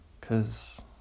cause